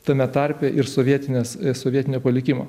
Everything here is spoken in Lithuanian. tame tarpe ir sovietinės sovietinio palikimo